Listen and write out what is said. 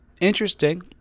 interesting